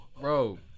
bro